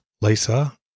Lisa